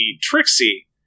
Trixie